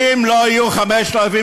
אם לא יהיו 5,300,